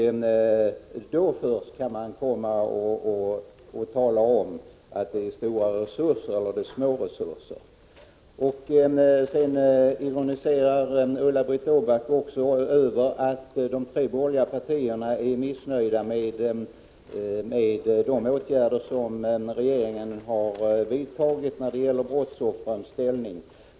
Först när man vet det kan man tala om huruvida det är fråga om stora eller små resurser. Ulla-Britt Åbark ironiserade också över att de tre borgerliga partierna är missnöjda med de åtgärder som regeringen vidtagit när det gäller brottsoffrens ställning.